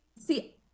See